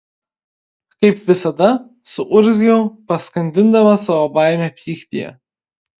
kaip visada suurzgiau paskandindama savo baimę pyktyje